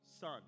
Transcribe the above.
son